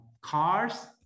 cars